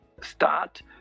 start